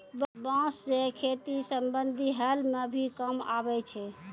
बांस सें खेती संबंधी हल म भी काम आवै छै